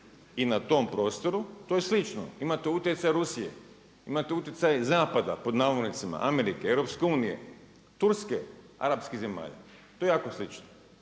i na tom prostoru to je slično. Imate utjecaj Rusije, imate utjecaj „zapada“ Amerike, EU, Turske, Arapskih zemlja, to je jako slično.